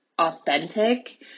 authentic